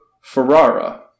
Ferrara